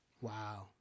Wow